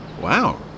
Wow